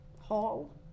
hall